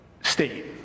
state